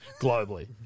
Globally